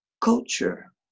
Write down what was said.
culture